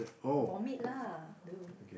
vomit lah duh